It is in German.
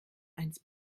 eins